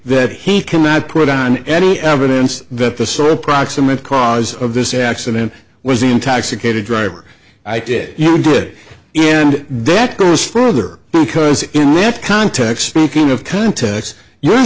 that he cannot put on any evidence that the sort of proximate cause of this accident was intoxicated driver i did you did and that goes further because in context speaking of context you